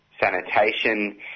sanitation